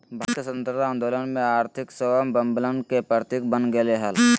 भारत के स्वतंत्रता आंदोलन में आर्थिक स्वाबलंबन के प्रतीक बन गेलय हल